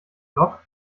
blog